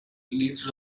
leased